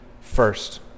first